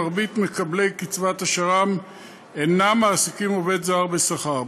מרבית מקבלי קצבת השר"מ אינם מעסיקים עובד זר בשכר.